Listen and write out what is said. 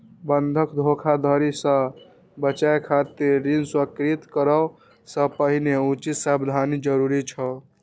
बंधक धोखाधड़ी सं बचय खातिर ऋण स्वीकृत करै सं पहिने उचित सावधानी जरूरी छै